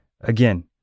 Again